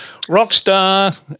Rockstar